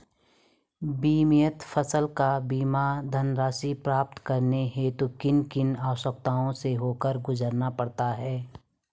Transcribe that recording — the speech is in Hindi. बीमित फसल का बीमा धनराशि प्राप्त करने हेतु किन किन अवस्थाओं से होकर गुजरना पड़ता है?